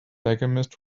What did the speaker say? alchemist